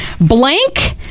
Blank